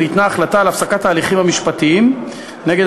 ניתנה החלטה על הפסקת ההליכים המשפטיים נגד